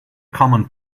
common